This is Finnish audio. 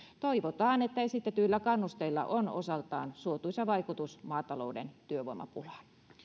toivotaan että esitetyillä kannusteilla on osaltaan suotuisa vaikutus maatalouden työvoimapulaan arvoisa